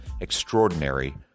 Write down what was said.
extraordinary